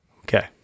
Okay